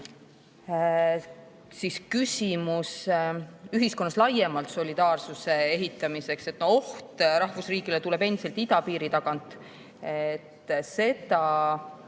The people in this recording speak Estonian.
Siis on küsimus ühiskonnas laiemalt solidaarsuse ehitamise kohta. Oht rahvusriigile tuleb endiselt idapiiri tagant. Kuidas